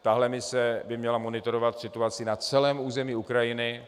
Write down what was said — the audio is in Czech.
Tahle mise by měla monitorovat situaci na celém území Ukrajiny.